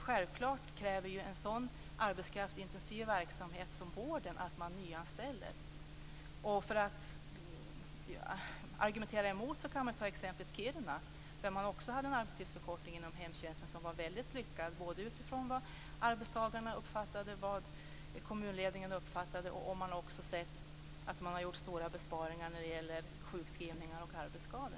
Självklart kräver en sådan arbetskraftsintensiv verksamhet som vården att man nyanställer. För att argumentera emot kan jag ta upp exemplet Kiruna. Där införde man också en arbetstidsförkortning inom hemtjänsten som var väldigt lyckad, både enligt arbetstagarna och enligt kommunledningen. Man har också gjort stora besparingar när det gäller sjukskrivningar och arbetsskador.